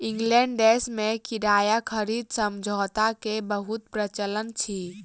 England देश में किराया खरीद समझौता के बहुत प्रचलन अछि